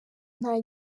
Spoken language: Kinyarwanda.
nta